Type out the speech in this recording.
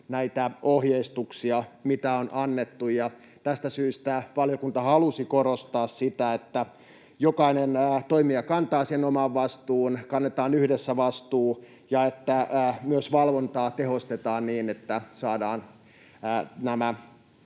näitä ohjeistuksia, mitä on annettu, niin tästä syystä valiokunta halusi korostaa sitä, että jokainen toimija kantaa sen oman vastuunsa, kannetaan yhdessä vastuu ja että myös valvontaa tehostetaan niin, että saadaan nämä